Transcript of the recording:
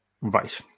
Right